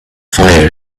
fire